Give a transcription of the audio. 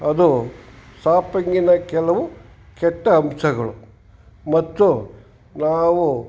ಅದು ಷಾಪಿಂಗಿನ ಕೆಲವು ಕೆಟ್ಟ ಅಂಶಗಳು ಮತ್ತು ನಾವು